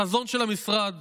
החזון של המשרד